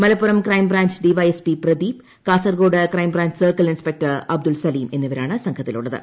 Malappuram crime branch DYSP Pradeep Kasaragod crime branch circle inspector Abdul Salim എന്നിവരാണ് സംഘത്തിലുള്ളത്